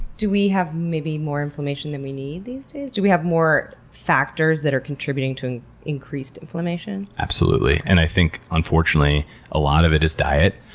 do we have maybe more inflammation than we need these days? do we have more factors that are contributing to increased inflammation? absolutely. and i think unfortunately a lot of it is diet,